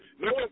No